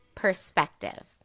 Perspective